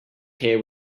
care